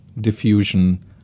diffusion